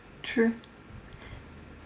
true